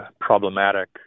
problematic